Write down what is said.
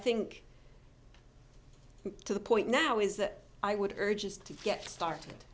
think to the point now is that i would urge